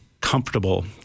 comfortable